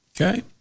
Okay